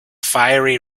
fiery